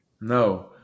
No